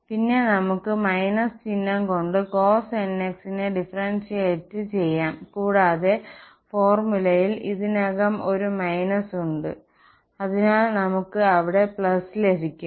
പിന്നെ നമുക്ക് ചിഹ്നം കൊണ്ട് cosnx നെ ഡിഫറന്സിയേറ്റ് കൂടാതെ ഫോർമുലയിൽ ഇതിനകം ഒരു ഉണ്ട് അതിനാൽ നമുക്ക് അവിടെ ലഭിക്കും